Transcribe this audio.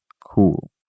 cool